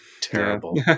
terrible